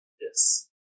Yes